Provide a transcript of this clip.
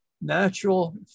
natural